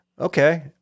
okay